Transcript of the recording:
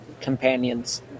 companion's